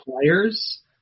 players